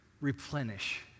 replenish